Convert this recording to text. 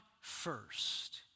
first